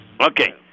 Okay